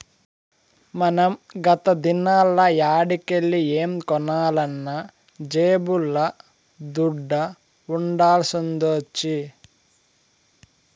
మనం గత దినాల్ల యాడికెల్లి ఏం కొనాలన్నా జేబుల్ల దుడ్డ ఉండాల్సొచ్చేది